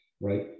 right